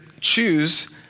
choose